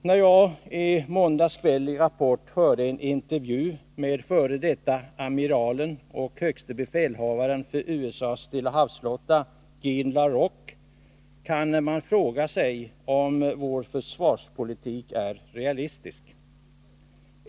Jag hörde i måndags kväll i Rapport en intervju med f. d. amiralen och högste befälhavaren för USA:s Stillahavsflotta, Gene la Roque. Med anledning av den kan man fråga sig om vår försvarspolitik är realistisk.